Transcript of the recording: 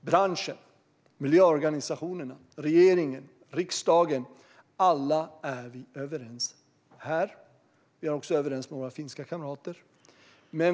Branschen, miljöorganisationerna, regeringen och riksdagen, alla är vi överens. Vi är också överens med våra finska kamrater.